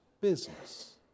business